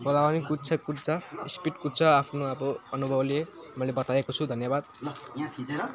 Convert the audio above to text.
खोलामा नि कुद्छ कुद्छ स्पिड कुद्छ आफ्नो अब अनुभवले मैले बताएको छु धन्यवाद